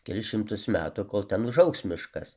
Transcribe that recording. kelis šimtus metų kol ten užaugs miškas